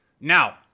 Now